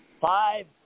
five